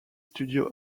studio